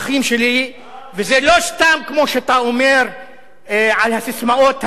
וזה לא סתם כמו שאתה אומר את הססמאות הנבובות שלכם.